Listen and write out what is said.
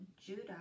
judah